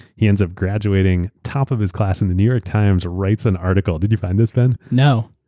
he ends up graduating top of his class and the new york times writes an article. did you find this, ben? no.